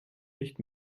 nicht